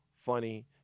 Funny